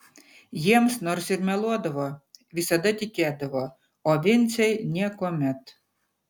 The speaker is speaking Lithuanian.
jiems nors ir meluodavo visada tikėdavo o vincei niekuomet